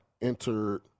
entered